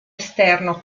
esterno